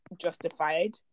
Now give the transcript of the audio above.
justified